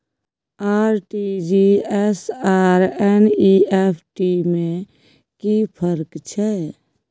RTG S आर NEFT में कि फर्क छै?